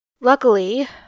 Luckily